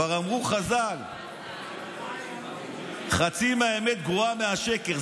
כבר אמרו חז"ל: חצי האמת גרועה מהשקר,